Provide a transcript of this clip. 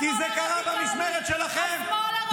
לא בשמאל הרדיקלי.